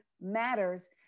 matters